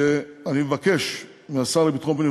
אני מבקש מהשר לביטחון פנים,